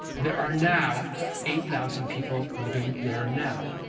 there are now eight thousand people living there now.